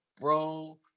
Bro